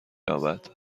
یابد